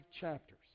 chapters